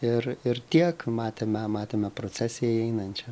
ir ir tiek matėme matėme procesiją įeinančią